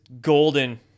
golden